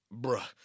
bruh